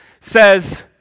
says